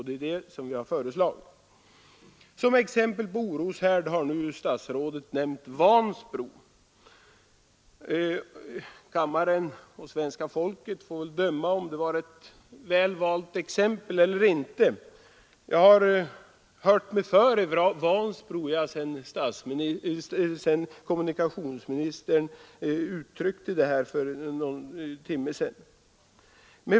Det är det vi har föreslagit. Som exempel på oroshärd har nu statsrådet nämnt Vansbro. Kammarens ledamöter och svenska folket får väl döma om det var ett väl valt exempel eller inte. Jag har hört mig för i Vansbro sedan kommunikationsministern fällde sitt yttrande för någon timme sedan.